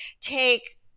take